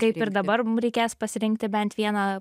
kaip ir dabar mum reikės pasirinkti bent vieną